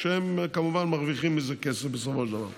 שהם כמובן מרוויחים מזה כסף בסופו של דבר.